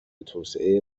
توسعه